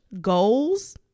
goals